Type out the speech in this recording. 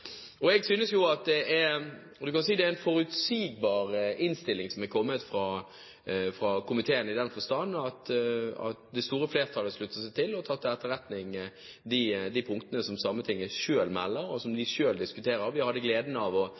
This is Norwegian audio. kommet fra komiteen, i den forstand at det store flertallet slutter seg til og tar til etterretning de punktene som Sametinget selv melder, og som de selv diskuterer. Hele komiteen hadde gleden av å